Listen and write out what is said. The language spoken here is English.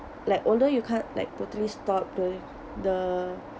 like although you can't like totally stop the